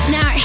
Now